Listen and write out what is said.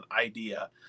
idea